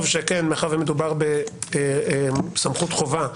טוב מאחר שמדובר בסמכות חובה,